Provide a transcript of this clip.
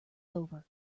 over